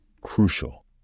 crucial